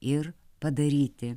ir padaryti